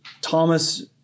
Thomas